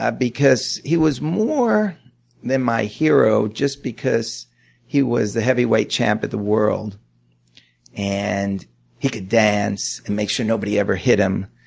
ah because he was more than my hero just because he was the heavyweight champ of the world and he could dance and make sure nobody ever hit him.